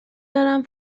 دارم